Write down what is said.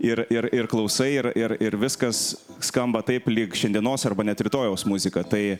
ir ir ir klausai ir ir ir viskas skamba taip lyg šiandienos arba net rytojaus muzika tai